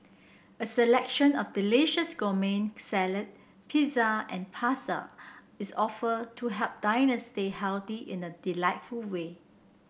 a selection of delicious gourmet salad pizza and pasta is offered to help diners stay healthy in a delightful way